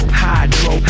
hydro